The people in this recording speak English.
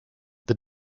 this